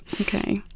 okay